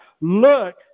look